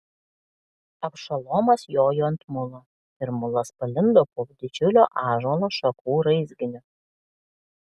abšalomas jojo ant mulo ir mulas palindo po didžiulio ąžuolo šakų raizginiu